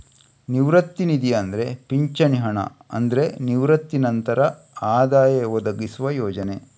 ನಿವೃತ್ತಿ ನಿಧಿ ಅಂದ್ರೆ ಪಿಂಚಣಿ ಹಣ ಅಂದ್ರೆ ನಿವೃತ್ತಿ ನಂತರ ಆದಾಯ ಒದಗಿಸುವ ಯೋಜನೆ